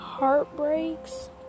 Heartbreaks